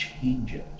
changes